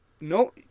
No